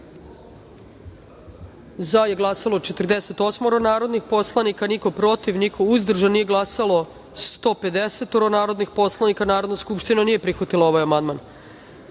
za – 48 narodnih poslanika, niko – protiv, niko – uzdržan, nije glasalo 148 narodnih poslanika. Narodna skupština nije prihvatila ovaj amandman. Na